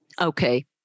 Okay